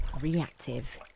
Reactive